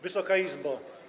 Wysoka Izbo!